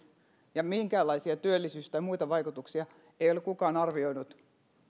ja minkäänlaisia työllisyys tai muita vaikutuksia ei ole kukaan arvioinut